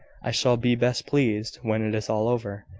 i shall be best pleased when it is all over.